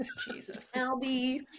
Albie